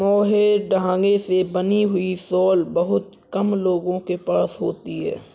mohair धागे से बनी हुई शॉल बहुत कम लोगों के पास होती है